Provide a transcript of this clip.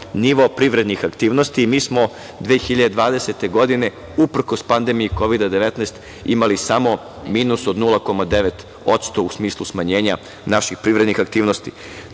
nivo privrednih aktivnosti. Mi smo 2020. godine, uprkos pandemiji Kovida-19 imali samo minus od 0,9%, u smislu smanjenja naših privrednih aktivnosti.